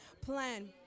plan